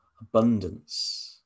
abundance